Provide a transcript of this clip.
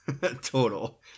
total